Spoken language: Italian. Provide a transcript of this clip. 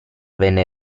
venne